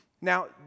Now